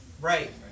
Right